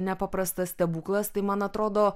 nepaprastas stebuklas tai man atrodo